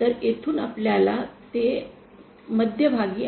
तर येथून आपल्याला ते मध्यभागी